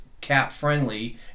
cap-friendly